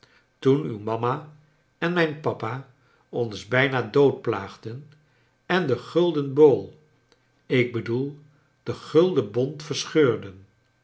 toen uw mama en mijn papa ons bijna doodplaagden en den gulden bowl ik bedoel den gulden bond verscheurden